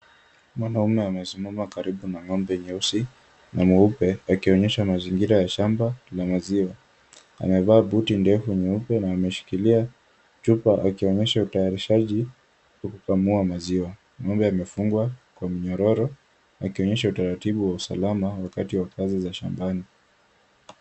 Mwanaume amesimama karibu na ng'ombe nyeusi na mweupe, akionyesha mazingira ya shamba la maziwa. Amevaa buti ndefu, nyeupe na ameshikilia chupa akionyesha utayarishaji wa kukamua maziwa. Ng'ombe amefungwa kwa minyororo, akionyesha utaratibu wa usalama wakati wa kazi za shambani.